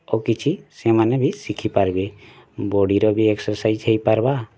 ଆଉ କିଛି ସେମାନେ ବି ଶିଖି ପାରିବେ ବଡ଼ିର ବି ଏକ୍ସରସାଇଜ୍ ହେଇପାର୍ବା